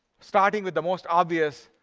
starting with the most obvious,